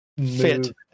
fit